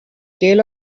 tale